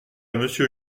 monsieur